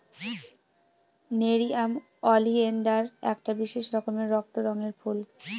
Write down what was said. nerium oleander একটা বিশেষ রকমের রক্ত রঙের ফুল